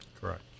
Correct